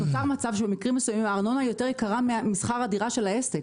ובמקרים מסוימים הארנונה יותר יקרה משכר הדירה של העסק.